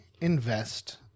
invest